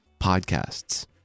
podcasts